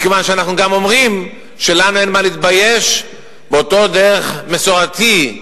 גם מכיוון שאנחנו אומרים שלנו אין מה להתבייש באותה דרך מסורתית,